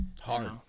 Hard